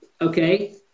okay